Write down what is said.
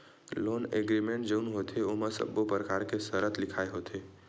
loan agreement जउन होथे ओमा सब्बो परकार के सरत लिखाय होथे